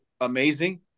amazing